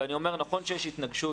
ואני אומר שנכון שיש התנגשות,